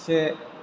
से